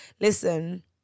Listen